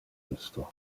isto